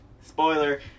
spoiler